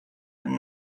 and